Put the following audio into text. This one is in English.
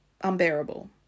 unbearable